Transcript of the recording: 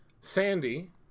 Sandy